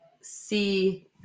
see